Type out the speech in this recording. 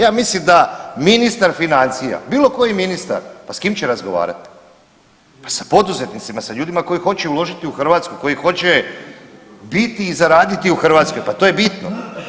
Ja mislim da ministar financija, bilo koji ministar, pa s kim će razgovarati, pa sa poduzetnicima, sa ljudima koji hoće uložiti u Hrvatsku, koji hoće biti i zaraditi u Hrvatskoj, pa to je bitno.